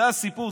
זה הסיפור,